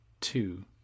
two